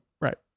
right